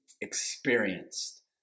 experienced